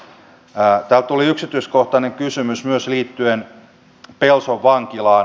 täältä tuli yksityiskohtainen kysymys myös liittyen pelson vankilaan